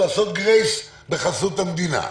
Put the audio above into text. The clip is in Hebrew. לעשות גרייס בחסות המדינה.